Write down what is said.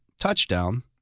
touchdown